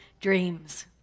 dreams